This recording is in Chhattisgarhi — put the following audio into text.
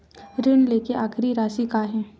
ऋण लेके आखिरी राशि का हे?